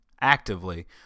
actively